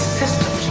system